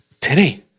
today